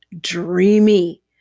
dreamy